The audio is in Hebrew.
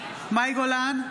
מאי גולן,